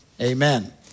Amen